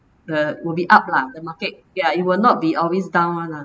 the will be up lah the market ya it will not be always down [one] lah